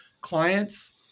Clients